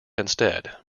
instead